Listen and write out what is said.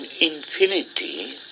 infinity